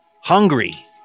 Hungry